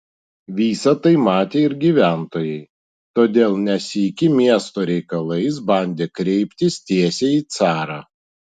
visa tai matė ir gyventojai todėl ne sykį miesto reikalais bandė kreiptis tiesiai į carą